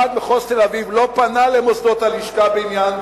ועד מחוז תל-אביב לא פנה למוסדות הלשכה בעניין,